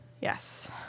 Yes